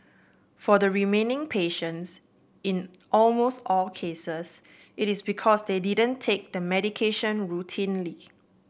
for the remaining patients in almost all cases it is because they didn't take the medication routinely